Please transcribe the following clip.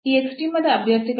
ಈ ಎಕ್ಸ್ಟ್ರೀಮದ ಅಭ್ಯರ್ಥಿಗಳು